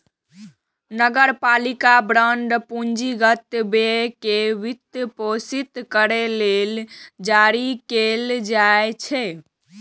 नगरपालिका बांड पूंजीगत व्यय कें वित्तपोषित करै लेल जारी कैल जाइ छै